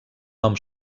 nom